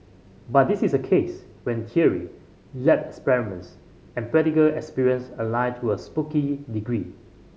but this is a case when theory lab experiments and practical experience align to a spooky degree